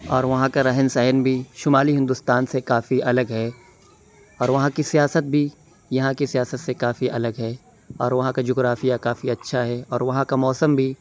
اور وہاں کا رہن سہن بھی شمالی ہندوستان سے کافی الگ ہے اور وہاں کی سیاست بھی یہاں کی سیاست سے کافی الگ ہے اور وہاں کا جغرافیہ کافی اچھا ہے اور وہاں کا موسم بھی